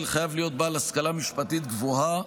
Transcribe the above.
חייב להיות בעל השכלה משפטית גבוהה,